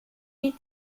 die